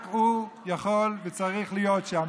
רק הוא יכול וצריך להיות שם,